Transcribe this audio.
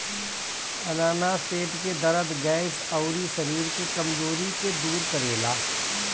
अनानास पेट के दरद, गैस, अउरी शरीर के कमज़ोरी के दूर करेला